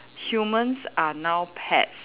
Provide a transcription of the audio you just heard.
humans are now pets